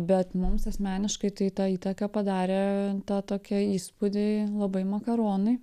bet mums asmeniškai tai tą įtaką padarė tą tokią įspūdį labai makaronai